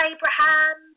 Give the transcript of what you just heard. Abraham